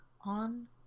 on